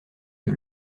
que